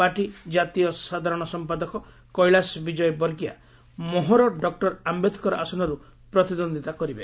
party ଜାତୀୟ ସାଧାରଣ ସମ୍ପାଦକ କେିଳାସ ବିଜୟ ବର୍ଗିଆ ମୋହ'ର ଡକ୍ଟର ଆମ୍ବେଦକର ଆସନରୁ ପ୍ରତିଦ୍ୱନ୍ଦ୍ୱିତା କରିବେ